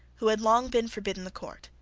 who had long been forbidden the court,